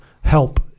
help